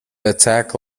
attack